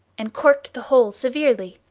and corked the hole severely.